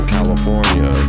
California